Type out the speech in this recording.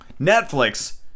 Netflix